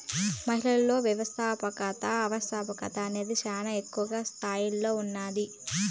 మహిళలలో వ్యవస్థాపకత ఆవశ్యకత అనేది శానా ఎక్కువ స్తాయిలో ఉన్నాది